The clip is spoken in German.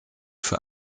für